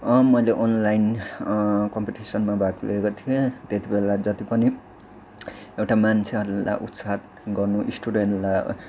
मैले अनलाइन कम्पिटिसनमा भाग लिएको थिएँ त्यति बेला जति पनि एउटा मान्छेहरूलाई उत्साह गर्नु स्टुडेन्टलाई